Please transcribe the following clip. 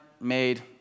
made